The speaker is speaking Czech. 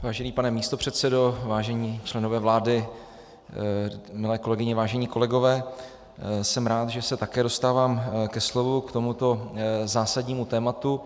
Vážený pane místopředsedo, vážení členové vlády, milé kolegyně, vážení kolegové, jsem rád, že se také dostávám ke slovu k tomuto zásadnímu tématu.